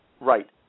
Right